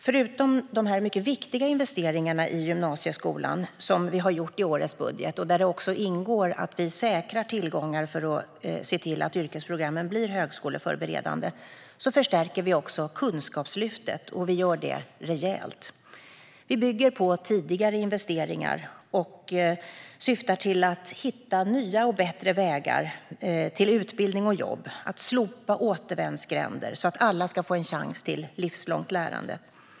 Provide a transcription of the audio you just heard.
Förutom dessa mycket viktiga investeringar i gymnasieskolan - som vi har gjort i årets budget och där det också ingår att vi säkrar tillgångar för att se till att yrkesprogrammen blir högskoleförberedande - förstärker vi också Kunskapslyftet rejält. Vi bygger på tidigare investeringar som syftar till att hitta nya och bättre vägar till utbildning och jobb och slopa återvändsgränder, så att alla ska få en chans till livslångt lärande.